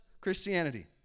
Christianity